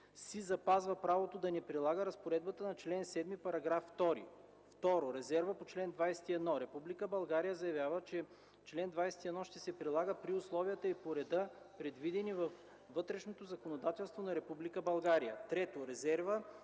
си запазва правото да не прилага разпоредбата на чл.7, § 2.” 2. Резерва по чл. 21: „Република България заявява, че чл. 21 ще се прилага при условията и по реда, предвидени във вътрешното законодателство на Република България.” 3. Резерва